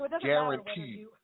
guaranteed